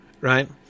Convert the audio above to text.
right